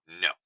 no